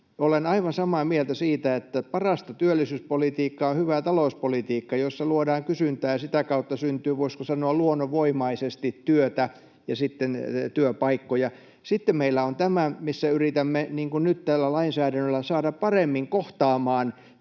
Olen aivan samaa mieltä siitä, että parasta työllisyyspolitiikkaa on hyvä talouspolitiikka, jossa luodaan kysyntää ja sitä kautta syntyy, voisiko sanoa, luonnonvoimaisesti työtä ja sitten työpaikkoja. Sitten meillä on tämä, missä yritämme, niin kuin nyt tällä lainsäädännöllä, saada paremmin kohtaamaan